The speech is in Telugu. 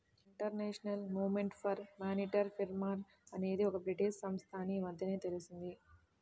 international movement for monetary reform అనేది ఒక బ్రిటీష్ సంస్థ అని ఈ మధ్యనే తెలిసింది